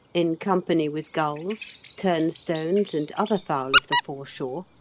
in company with gulls, turnstones, and other fowl of the foreshore,